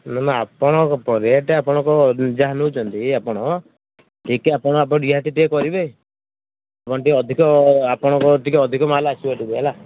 ନାଁ ନାଁ ଆପଣ ରେଟ ଆପଣଙ୍କ ଯାହା ନଉଛନ୍ତି ଆପଣ ଏଇକି ଆପଣ ରିହାତି ଟିକେ କରିବେ ମଣ୍ଡି ଅଧିକ ଆପଣଙ୍କ ଟିକେ ଅଧିକ ମାଲ ଆସିବ ଟିକେ ହେଲା